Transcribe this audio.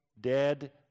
dead